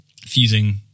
fusing